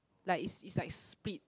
like is is like split